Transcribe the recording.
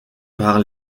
par